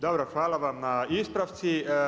Dobro, hvala vam na ispravci.